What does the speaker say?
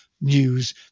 news